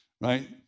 right